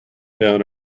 down